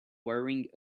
wearing